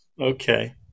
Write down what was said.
Okay